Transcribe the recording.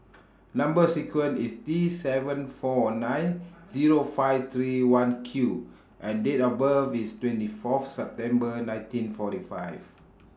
Number sequence IS T seven four nine Zero five three one Q and Date of birth IS twenty four of September nineteen forty five